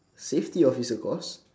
safety officer course